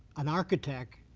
an architect